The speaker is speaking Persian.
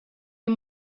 این